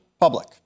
public